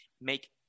make